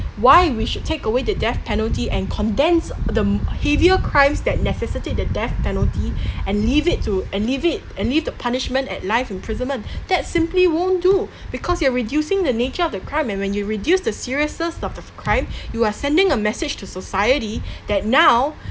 why we should take away the death penalty and condense m~ the heavier crimes that necessity the death penalty and leave it to and leave it leave the punishment at life imprisonment that simply won't do because you are reducing the nature of the crime and when you reduce the seriousness of the crime you are sending a message to society that now